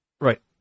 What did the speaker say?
Right